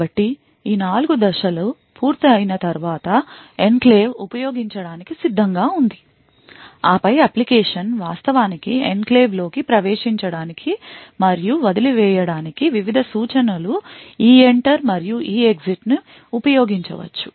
కాబట్టి ఈ 4 దశలు పూర్తయిన తర్వాత ఎన్క్లేవ్ ఉపయోగించడానికి సిద్ధంగా ఉంది ఆపై అప్లికేషన్ వాస్తవానికి ఎన్క్లేవ్లోకి ప్రవేశించడానికి మరియు వదిలివేయడానికి వివిధ సూచనలు EENTER మరియు EEXIT ని ఉపయోగించవచ్చు